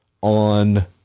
on